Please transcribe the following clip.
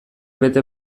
bete